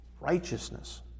Righteousness